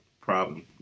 problem